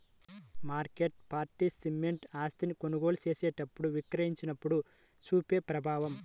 market participant ఆస్తిని కొనుగోలు చేసినప్పుడు, విక్రయించినప్పుడు చూపే ప్రభావం